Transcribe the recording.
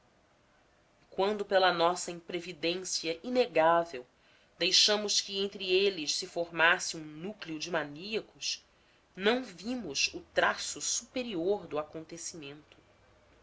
quando pela nossa imprevidência inegável deixamos que entre eles se formasse um núcleo de maníacos não vimos o traço superior do acontecimento